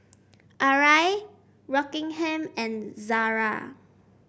Arai Rockingham and Zara